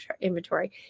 inventory